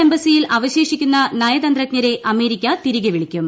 എംബസിയിൽ അവശേഷിക്കുന്ന നയതന്ത്രജ്ഞരെ അമേരിക്ക തിരികെ വിളിക്കും